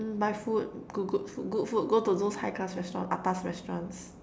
mm buy food good good food good food go to those high class restaurants atas restaurants